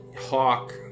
Hawk